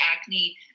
acne